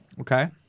Okay